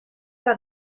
par